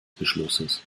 beschlusses